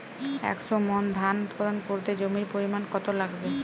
একশো মন ধান উৎপাদন করতে জমির পরিমাণ কত লাগবে?